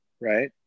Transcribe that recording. right